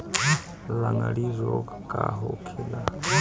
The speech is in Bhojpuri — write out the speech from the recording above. लगड़ी रोग का होखेला?